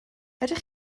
ydych